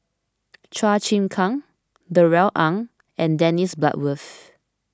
Chua Chim Kang Darrell Ang and Dennis Bloodworth